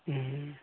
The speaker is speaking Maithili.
हूँ